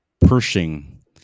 Pershing